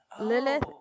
Lilith